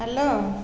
hello